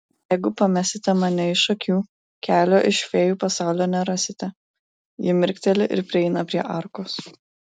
jeigu pamesite mane iš akių kelio iš fėjų pasaulio nerasite ji mirkteli ir prieina prie arkos